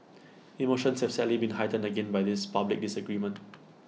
emotions have sadly been heightened again by this public disagreement